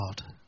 God